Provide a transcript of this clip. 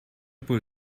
put